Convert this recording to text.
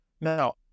Now